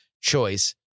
choice